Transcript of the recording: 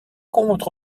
contre